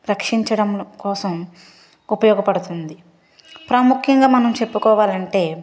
రక్షించడం కోసం ఉపయోగ పడుతుంది ప్రాముఖ్యంగా మనం చెప్పుకోవాలంటే